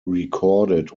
recorded